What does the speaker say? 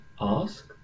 ask